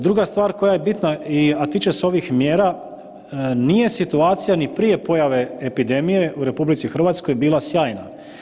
Druga stvar koje je bitna, a tiče se ovih mjera, nije situacija ni prije pojave epidemije u RH bila sjajna.